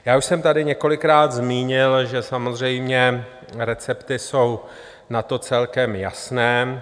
Já už jsem tady několikrát zmínil, že samozřejmě recepty jsou na to celkem jasné.